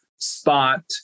Spot